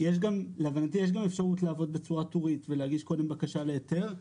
להבנתי יש גם אפשרות לעבוד בצורה טורית ולהגיש קודם בקשה להיתר.